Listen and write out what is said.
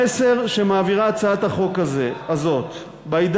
המסר שהצעת החוק הזאת מעבירה,